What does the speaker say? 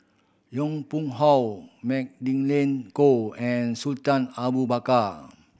Yong Pung How Magdalene Khoo and Sultan Abu Bakar